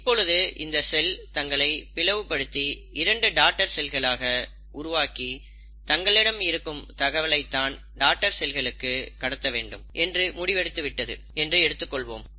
இப்பொழுது இந்த செல் தங்களை பிளவுபடுத்தி 2 டாடர் செல்களாக உருவாக்கி தங்களிடம் இருக்கும் தகவலை அதன் டாடர் செல்களுக்கு கடத்த வேண்டும் என்று முடிவெடுத்து விட்டது என்று எடுத்துக்கொள்வோம்